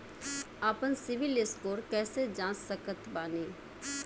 आपन सीबील स्कोर कैसे जांच सकत बानी?